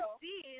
see